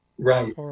Right